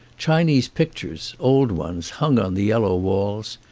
chinese pic tures, old ones, hung on the yellow walls.